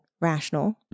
rational